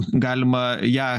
galima ją